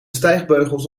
stijgbeugels